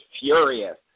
furious